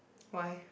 why